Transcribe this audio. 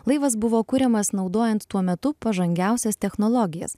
laivas buvo kuriamas naudojant tuo metu pažangiausias technologijas